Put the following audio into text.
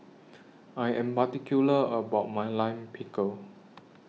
I Am particular about My Lime Pickle